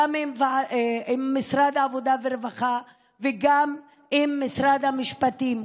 גם עם משרד העבודה והרווחה וגם עם משרד המשפטים.